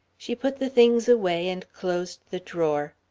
she put the things away, and closed the drawer.